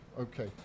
Okay